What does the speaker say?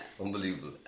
Unbelievable